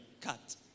Cut